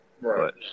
Right